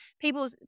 people